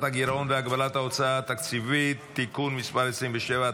הגירעון והגבלת ההוצאה התקציבית (תיקון מס' 27),